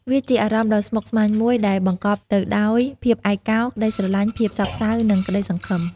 វាជាអារម្មណ៍ដ៏ស្មុគស្មាញមួយ ដែលបង្កប់ទៅដោយភាពឯកកោ ក្ដីស្រឡាញ់ ភាពសោកសៅ និងក្ដីសង្ឃឹម។